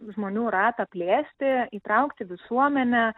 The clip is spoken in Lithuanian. žmonių ratą plėsti įtraukti visuomenę